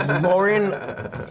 Lauren